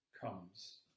comes